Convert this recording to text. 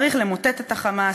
צריך למוטט את ה"חמאס",